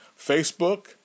Facebook